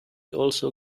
also